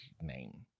name